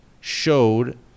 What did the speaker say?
showed